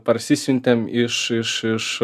parsisiuntėm iš